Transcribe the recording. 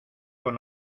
con